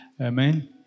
Amen